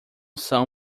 são